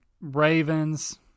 Ravens